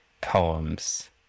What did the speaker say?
poems